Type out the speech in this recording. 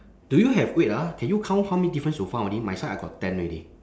do you have wait ah can you count how many difference you found already my side I got ten already